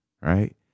right